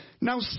Now